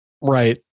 Right